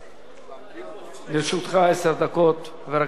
לרשותך עשר דקות, חבר הכנסת מאיר שטרית.